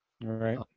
Right